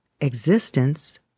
existence